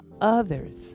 others